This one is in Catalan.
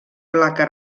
placa